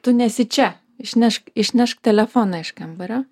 tu nesi čia išnešk išnešk telefoną iš kambario